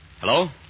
Hello